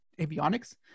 avionics